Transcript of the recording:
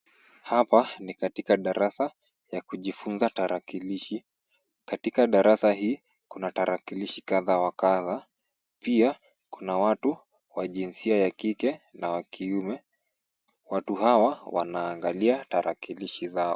Hapa ni katika darasa ya kujifunza tarakilishi. Katika darasa hii kuna tarakilishi kadha wa kadha, pia kuna watu wa jinsia ya kike na kiume. Watu hawa wanaangalia tarakilishi zao.